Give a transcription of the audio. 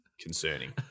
concerning